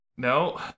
No